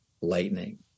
lightning